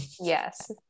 Yes